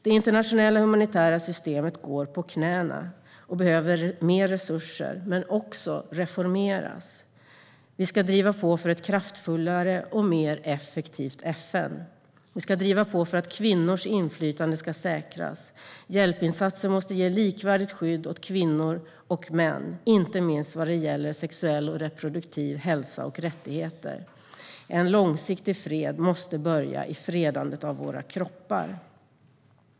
Det internationella humanitära systemet går på knäna och behöver mer resurser, men det behöver också reformeras. Vi ska driva på för ett kraftfullare och mer effektivt FN. Vi ska driva på för att kvinnors inflytande ska säkras. Hjälpinsatser måste ge likvärdigt skydd åt kvinnor och män, inte minst vad gäller sexuell och reproduktiv hälsa och rättigheter. En långsiktig fred måste börja i fredandet av våra kroppar.